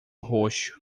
roxo